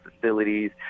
facilities